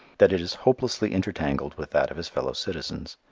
that it is hopelessly intertangled with that of his fellow citizens.